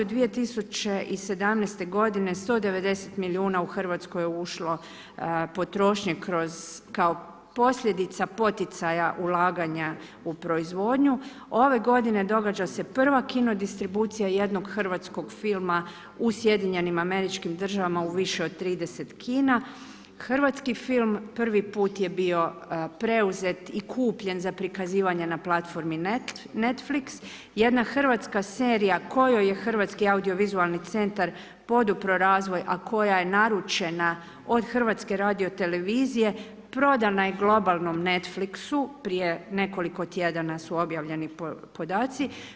2017. godine 190 milijuna u Hrvatsku je ušlo potrošnje kao posljedica poticaja ulaganja u proizvodnju. ove godine događa se prva kino distribucija jednog hrvatskog filma u SAD-u u više od 30 kuna. hrvatski film prvi put je bio preuzet i kupljen za prikazivanje na platformi Netflix, jedna hrvatska serija kojoj je HAVC podupro razvoj, a koja je naručena od HRT-a prodana je globalnom Netflixu, prije nekoliko tjedana su objavljeni podaci.